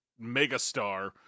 megastar